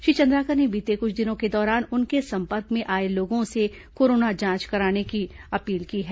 श्री चंद्राकर ने बीते कुछ दिनों के दौरान उनके संपर्क में आए लोगों से कोरोना जांच कराने की अपील की है